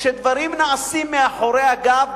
כשדברים נעשים מאחורי הגב,